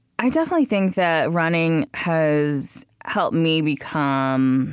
i definitely think that running has helped me become